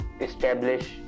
establish